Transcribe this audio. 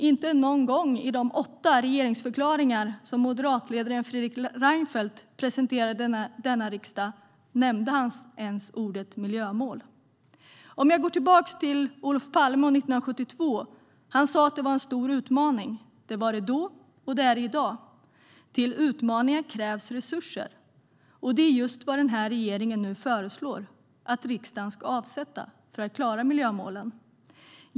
Inte någon gång i de åtta regeringsförklaringar moderatledaren Fredrik Reinfeldt presenterade i denna riksdag nämnde han ens ordet miljömål. Jag går tillbaka till Olof Palme 1972. Han sa att det var en stor utmaning. Det var det då, och det är det i dag. Till utmaningar krävs resurser, och det är just vad den här regeringen nu föreslår att riksdagen ska avsätta för att klara miljömålen.